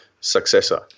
successor